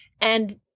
and-